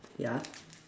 ya